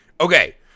okay